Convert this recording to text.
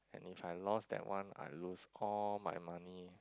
and if I lost that one I lose all my money